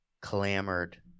clamored